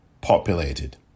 ...populated